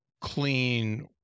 clean